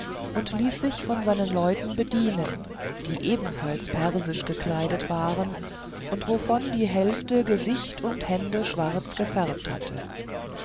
und ließ sich von seinen leuten bedienen die ebenfalls persisch gekleidet waren und wovon die hälfte gesicht und hände schwarz gefärbt hatte